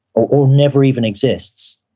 or never even exists.